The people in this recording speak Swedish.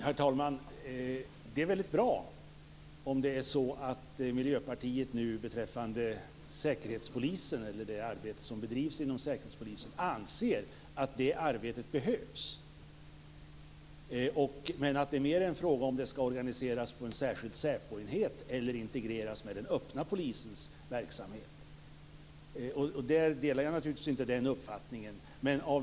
Herr talman! Det är väldigt bra om Miljöpartiet nu anser att det arbete som bedrivs inom säkerhetspolisen behövs. Men att det mer är fråga om huruvida det skall organiseras på en särskild SÄPO-enhet eller integreras med den öppna polisens verksamhet är naturligtvis en uppfattning som jag inte delar.